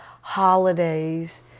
holidays